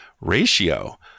ratio